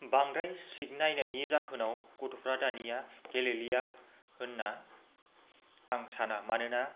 बांद्राय स्ट्रिक नायनायनि जाहोनाव गथ'फ्रा दानिया गेलेलिया होनना आं साना मानोना